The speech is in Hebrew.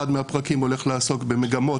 אחד מהפרקים הולך לעסוק במגמות,